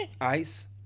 ice